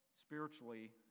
spiritually